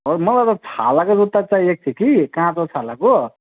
मलाई त छालाको जुत्ता चाहिएको थियो कि काँचो छालाको